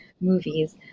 movies